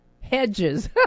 hedges